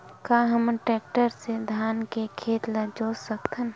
का हमन टेक्टर से धान के खेत ल जोत सकथन?